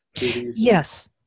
Yes